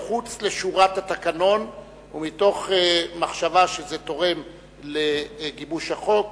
מחוץ לשורת התקנון ומתוך מחשבה שזה תורם לגיבוש החוק,